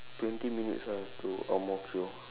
twenty minutes ah to Ang-Mo-Kio